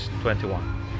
21